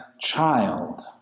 child